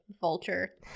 Vulture